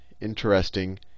interesting